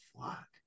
fuck